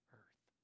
earth